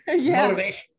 motivation